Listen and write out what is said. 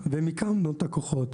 ומיקמנו את הכוחות.